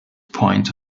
point